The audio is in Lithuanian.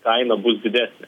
kaina bus didesnė